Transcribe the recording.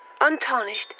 untarnished